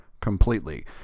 completely